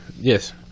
yes